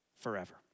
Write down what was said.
forever